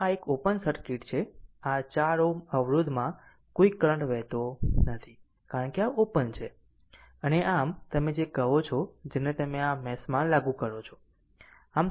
આમ આ એક ઓપન સર્કિટ છે આમ આ 4 Ω અવરોધ માં કોઈ કરંટ વહેતો નથી કારણ કે આ ઓપન છે અને આમ તમે જે કહો છો તેને તમે આ મેશમાં લાગુ કરો છો